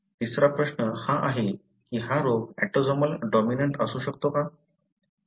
तिसरा प्रश्न हा आहे की हा रोग ऑटोसोमल डॉमिनंट असू शकतो का